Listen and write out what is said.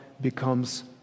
becomes